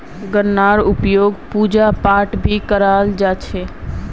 गन्नार उपयोग पूजा पाठत भी कराल जा छे